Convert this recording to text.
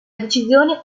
decisione